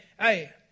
hey